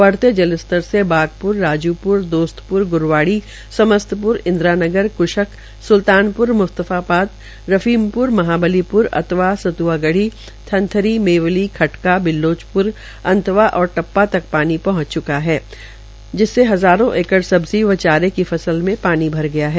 बहते जल स्तर से बागप्र राजूप्र दोस्त्प्र ग्रवाड़ी समस्त् प्र इंद्रानगर क्शक सुल्तानपुर मुस्तफाबाद रहीम पुर महाबलीपु अतवा सत्आगढ़ी थंथरी मेवली खटका बिल्लोप्र अंतवा और टप्पा तक पानी फैल च्का है जिसमें हजारों एकड़ सब्जी व चारे की फसल में पानी भर गया है